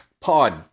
pod